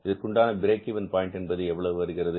இதற்கு உண்டான break even point என்பது எவ்வளவு வருகிறது